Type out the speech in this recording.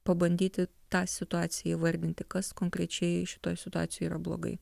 pabandyti tą situaciją įvardinti kas konkrečiai šitoj situacijoj yra blogai